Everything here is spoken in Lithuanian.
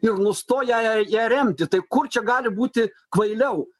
ir nustoja ją remti tai kur čia gali būti kvailiau